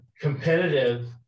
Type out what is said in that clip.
competitive